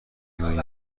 زندگی